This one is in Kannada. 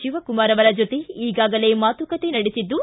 ಶಿವಕಮಾರ್ ಅವರ ಜೊತೆ ಈಗಾಗಲೇ ಮಾತುಕತೆ ನಡೆಸಿದ್ದು